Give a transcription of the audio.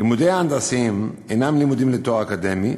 לימודי ההנדסאים אינם לימודים לתואר אקדמי,